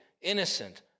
innocent